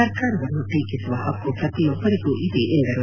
ಸರ್ಕಾರವನ್ನು ಟೀಟಿಸುವ ಹಕ್ಕು ಪ್ರತಿಯೊಬ್ಬರಿಗೂ ಇದೆ ಎಂದರು